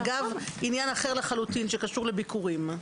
אגב עניין אחר לחלוטין שקשור לביקורים.